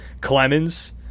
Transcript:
Clemens